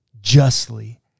justly